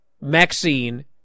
Maxine